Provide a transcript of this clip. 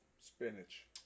Spinach